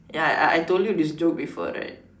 ya I I tell you this joke before right